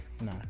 No